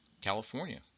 California